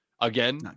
Again